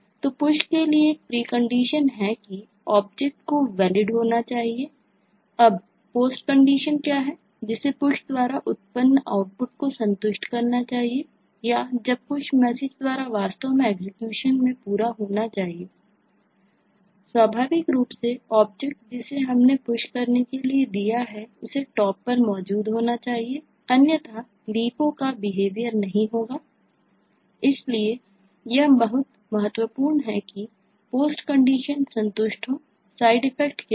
तो Push के लिए एक प्रीकंडीशन क्या है